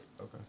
okay